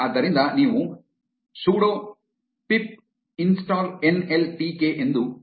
ಆದ್ದರಿಂದ ನೀವು sudo pip install NLTK ಎಂದು ಹೇಳುತ್ತೀರಿ